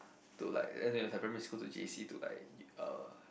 to like and it was like primary school to j_c to like uh